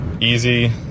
easy